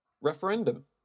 Referendum